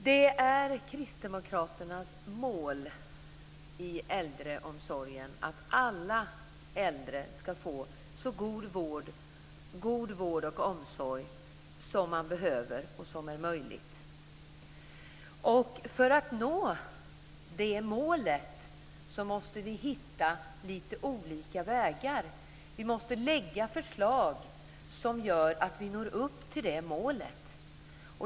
Det är Kristdemokraternas mål i äldreomsorgen att alla äldre ska få så god vård och omsorg som man behöver och som är möjlig. För att nå det målet måste vi hitta lite olika vägar. Vi måste lägga fram förslag som gör att vi når upp till det målet.